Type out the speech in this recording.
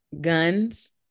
Guns